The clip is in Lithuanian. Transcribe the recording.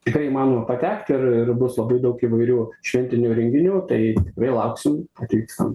tikrai įmanoma patekt ir ir bus labai daug įvairių šventinių renginių tai tikrai lauksim atvykstant